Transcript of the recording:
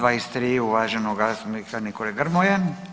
23. uvaženog zastupnika Nikole Grmoje.